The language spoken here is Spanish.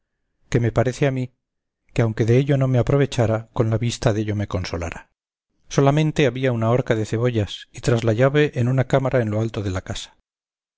que me parece a mí que aunque dello no me aprovechara con la vista dello me consolara solamente había una horca de cebollas y tras la llave en una cámara en lo alto de la casa